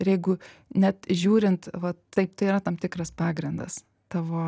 ir jeigu net žiūrint vat taip tai yra tam tikras pagrindas tavo